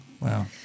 Wow